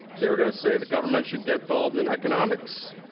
they're gonna say the government should get involved in economics,